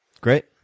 Great